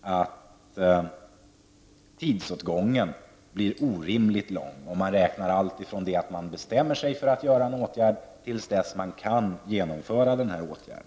att tidsåtgången blir orimligt lång, om man räknar från det att man bestämmer sig för att vidta en åtgärd tills man kan vidta denna åtgärd.